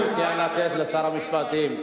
תנו לשר המשפטים.